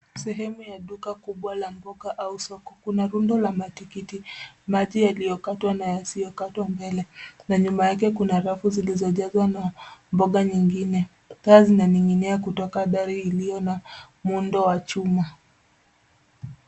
Sehemu ya duka kubwa la mboga au soko. Kuna rundo la matikiti maji yaliyokatwa na yasiyokatwa mbele na nyuma yake kuna rafu zilizojazwa na mboga nyingine. Taa zimening'inia kutoka dari iliyo na muundo wa chuma.